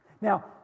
Now